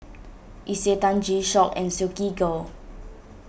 Isetan G Shock and Silkygirl